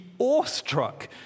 awestruck